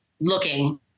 looking